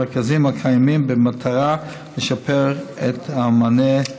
המענה הניתן כולל טיפול רפואי דחוף,